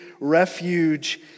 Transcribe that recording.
refuge